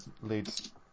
leads